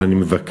אבל אני מבקש,